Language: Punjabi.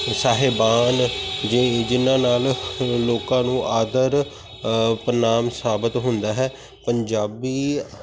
ਸਾਹਿਬਾਨ ਜੇ ਜਿਹਨਾਂ ਨਾਲ਼ ਲੋਕਾਂ ਨੂੰ ਆਦਰ ਪ੍ਰਣਾਮ ਸਾਬਤ ਹੁੰਦਾ ਹੈ ਪੰਜਾਬੀ